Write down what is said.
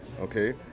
Okay